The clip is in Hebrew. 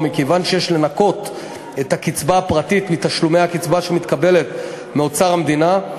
ומכיוון שיש לנכות את הקצבה הפרטית מתשלומי הקצבה שמתקבלת מאוצר המדינה,